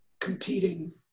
competing